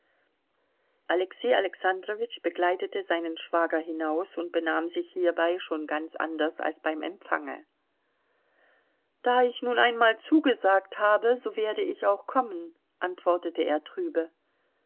alexei alexandrowitsch begleitete seinen schwager hinaus und benahm sich hierbei schon ganz anders als beim empfange da ich nun einmal zugesagt habe so werde ich auch kommen antwortete er trübe